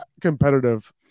competitive